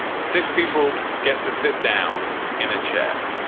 six people get to sit down in a chair,